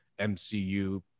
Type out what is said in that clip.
MCU